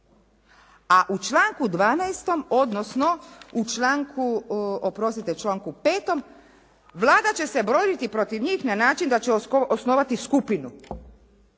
u članku, oprostite članku 5. Vlada će se boriti protiv njih na način da će osnovati skupinu.